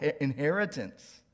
inheritance